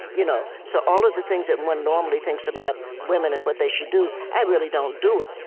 you know so all of the things that one normally thinks about women and what they should do, i really don't do it.